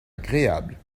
agréable